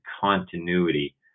continuity